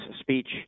speech